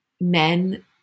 men